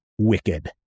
wicked